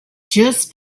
just